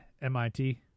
MIT